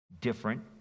different